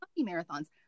marathons